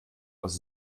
aus